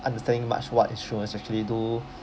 understanding much what insurance actually do